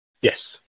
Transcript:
Yes